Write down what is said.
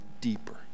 deeper